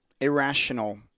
irrational